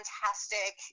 fantastic